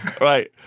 Right